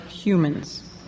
humans